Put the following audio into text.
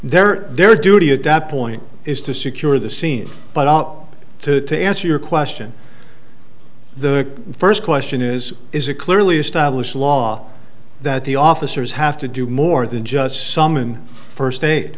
there their duty adat point is to secure the scene but out to to answer your question the first question is is a clearly established law that the officers have to do more than just summon first